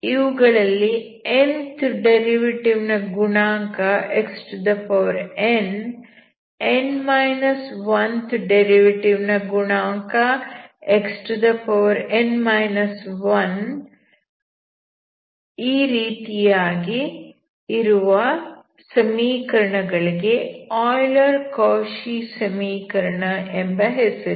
ಇವುಗಳಲ್ಲಿ nth derivative ನ ಗುಣಾಂಕ xn th ಡೆರಿವೆಟಿವ್ ನ ಗುಣಾಂಕ xn 1 ಈ ರೀತಿಯಾಗಿ ಇರುವ ಸಮೀಕರಣಗಳಿಗೆ ಆಯ್ಲರ್ಸ್ ಕೌಶಿ ಸಮೀಕರಣ Euler's Cauchy equation ಎಂಬ ಹೆಸರಿದೆ